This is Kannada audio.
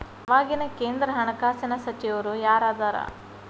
ಇವಾಗಿನ ಕೇಂದ್ರ ಹಣಕಾಸಿನ ಸಚಿವರು ಯಾರದರ